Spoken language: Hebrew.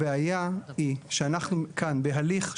הבעיה היא שאנחנו כאן בהליך,